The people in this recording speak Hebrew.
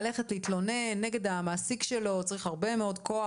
כדי ללכת להתלונן נגד המעסיק שלו צריך הרבה מאוד כוח,